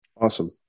Awesome